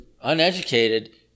uneducated